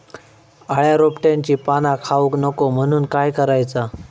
अळ्या रोपट्यांची पाना खाऊक नको म्हणून काय करायचा?